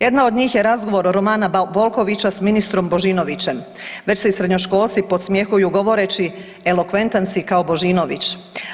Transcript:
Jedna od njih je razgovor Romana Bolkovića s ministrom Božinovićem, već se i srednjoškolski podsmjehuju govoreći elokventan si kao Božinović.